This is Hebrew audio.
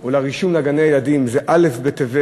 או לרישום לגני-הילדים זה א' בטבת,